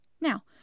Now